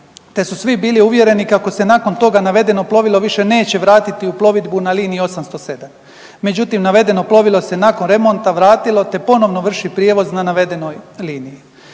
te su svi bili uvjereni kako se nakon toga navedeno plovilo više neće vratiti u plovidbu na liniji 807. Međutim, navedeno plovilo se nakon remonta vratilo te ponovno vrši prijevoz na navedenoj liniji.